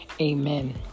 Amen